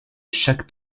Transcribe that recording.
chaque